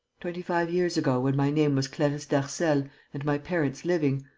twenty-five years ago, when my name was clarisse darcel and my parents living,